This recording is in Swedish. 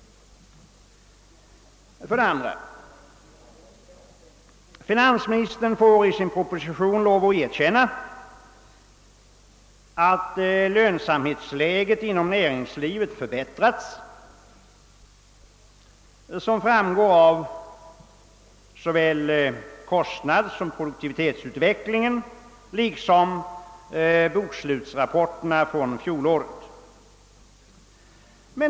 För det andra: Finansministern får i sin proposition lov att erkänna att lönsamhetsläget inom näringslivet förbättrats, såsom framgår av såväl kostnadssom produktivitetsutvecklingen liksom av bokslutsrapporterna från fjolåret.